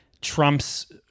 Trump's –